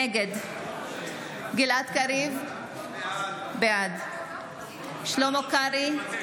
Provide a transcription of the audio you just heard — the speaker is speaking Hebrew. נגד גלעד קריב, בעד שלמה קרעי,